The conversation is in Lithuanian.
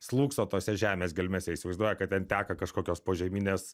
slūgso tose žemės gelmėse įsivaizduoja kad ten teka kažkokios požeminės